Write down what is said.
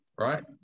right